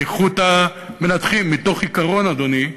באיכות המנתחים, מתוך עיקרון, אדוני,